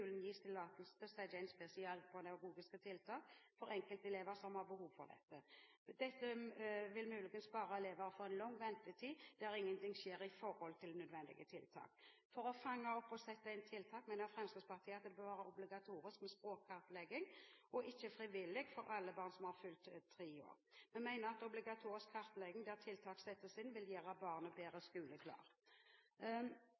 gis tillatelse til å sette inn spesialpedagogiske tiltak for enkeltelever som har behov for det. Dette vil muligens spare elever for lang ventetid der ingenting skjer i forhold til nødvendige tiltak. For å fange opp og sette inn tiltak mener Fremskrittspartiet at det bør være obligatorisk med språkkartlegging, ikke frivillig, for alle barn etter at de har fylt tre år. Vi mener at obligatorisk kartlegging der tiltak settes inn, vil gjøre barnet